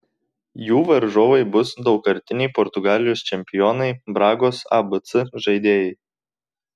jų varžovai bus daugkartiniai portugalijos čempionai bragos abc žaidėjai